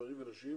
גברים ונשים,